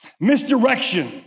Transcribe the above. Misdirection